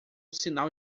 sinal